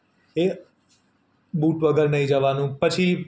એ boot વગર નહીં જવાનું પછી